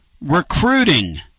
Recruiting